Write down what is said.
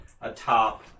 atop